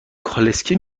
کالسکه